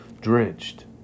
drenched